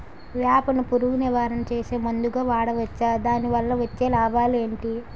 వేప ను పురుగు నివారణ చేసే మందుగా వాడవచ్చా? దాని వల్ల వచ్చే లాభాలు ఏంటి?